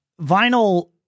Vinyl